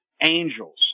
angels